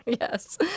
yes